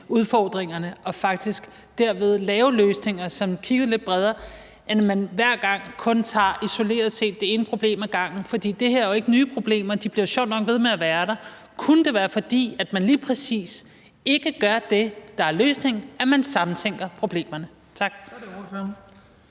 udfordringerne og faktisk derved laver løsninger, som er lidt bredere, i stedet for at man hver gang isoleret set kun tager det ene problem ad gangen? For det her er jo ikke nye problemer – de bliver sjovt nok ved med at være der. Kunne det være, fordi man lige præcis ikke gør det, der er løsningen, nemlig at man samtænker problemerne? Tak.